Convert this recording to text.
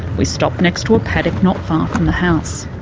we stop next to a paddock not far from the house.